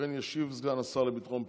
לכן ישיב סגן השר לביטחון הפנים.